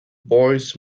boys